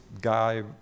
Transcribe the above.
guy